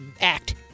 act